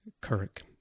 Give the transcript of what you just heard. Kirk